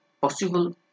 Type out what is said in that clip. possible